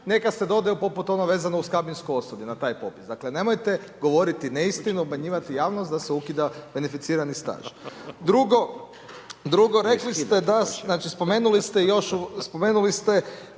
neka se dodaju poput ono vezano uz kabinsko osoblje, na taj popis. Dakle, nemojte govoriti neistinu, obmanjivati javnost da se ukida beneficirani staž. Drugo, rekli ste, spomenuli ste nekakvih 8 ili 9